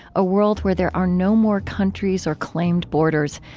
a world where there are no more countries or claimed borders,